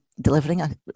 delivering